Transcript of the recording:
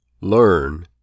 learn